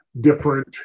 different